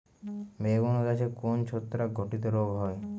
বেগুন গাছে কোন ছত্রাক ঘটিত রোগ হয়?